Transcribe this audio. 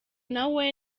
nawe